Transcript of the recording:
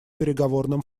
переговорным